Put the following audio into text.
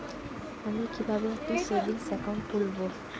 আমি কিভাবে একটি সেভিংস অ্যাকাউন্ট খুলব?